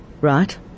right